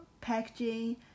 packaging